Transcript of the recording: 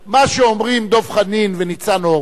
מה שאומרים דב חנין וניצן הורוביץ,